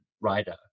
writer